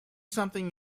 something